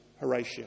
Horatio